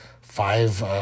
five